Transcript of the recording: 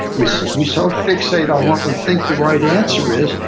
we so we so fixate on what we think the right answer is,